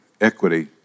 equity